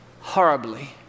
horribly